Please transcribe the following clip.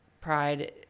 pride